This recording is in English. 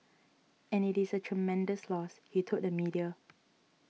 and it is a tremendous loss he told the media